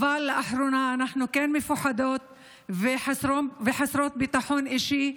לאחרונה אנחנו כן מפוחדות וחסרות ביטחון אישי,